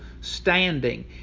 standing